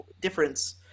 difference